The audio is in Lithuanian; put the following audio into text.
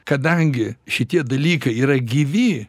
kadangi šitie dalykai yra gyvi